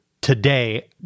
today